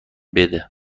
بده